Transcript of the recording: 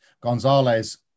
Gonzalez